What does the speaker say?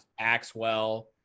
Axwell